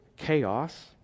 chaos